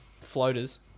floaters